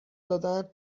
دادن